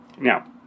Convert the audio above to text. Now